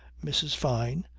mrs. fyne,